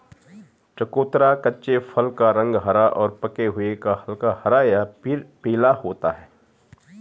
चकोतरा कच्चे फल का रंग हरा और पके हुए का हल्का हरा या फिर पीला होता है